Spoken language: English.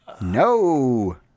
No